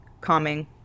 calming